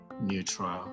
neutral